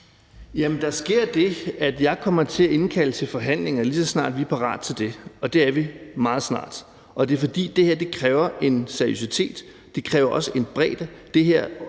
der sker det, at jeg kommer til at indkalde til forhandlinger, lige så snart vi er parate til det, og det er vi meget snart. Det er, fordi det her kræver en seriøsitet, og det kræver også en bredde.